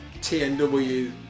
TNW